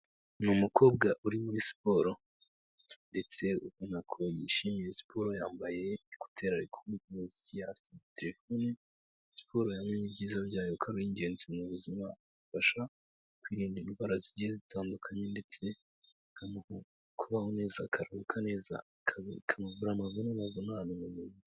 Ni umukobwa uri muri siporo ndetse ubona ko yishimiye siporo, yambaye ekuteri arikumva umuziki afite telefone siporo yamenye ibyiza byayo kukoba ari ingenzi mu buzima, bifasha kwirinda indwara zigiye zitandukanye ndetse kubaho neza akaruhuka nezatumamubura amavu n'amavunane.